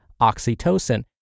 oxytocin